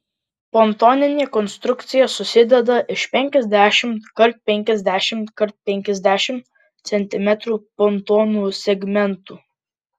pontoninė konstrukcija susideda iš penkiasdešimt kart penkiasdešimt kart penkiasdešimt centimetrų pontonų segmentų